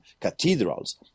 cathedrals